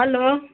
hello